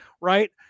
right